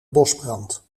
bosbrand